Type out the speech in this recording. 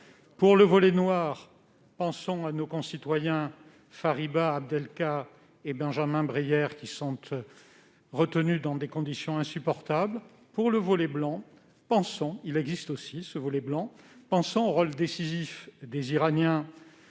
Pour le volet noir, pensons à nos concitoyens Fariba Adelkhah et Benjamin Brière, qui sont retenus dans des conditions insupportables. Pour le volet blanc, car il existe bel et bien, pensons au rôle décisif joué par les